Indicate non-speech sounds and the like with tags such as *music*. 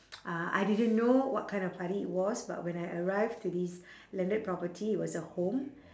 *noise* uh I didn't know what kind of party it was but when I arrived to this landed property it was a home